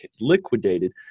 liquidated